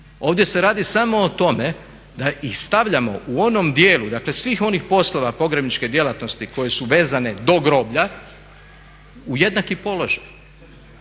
Ovdje se radi samo o tome da ih stavljamo u onom djelu, dakle svih onih poslova pogrebničke djelatnosti koje su vezane do groblja u jednaki položaj,